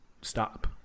stop